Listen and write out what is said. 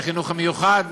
החינוך המיוחד.